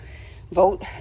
vote